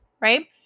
right